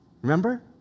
remember